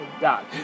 God